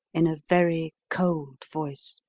in a very cold voice,